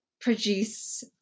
produce